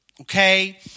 Okay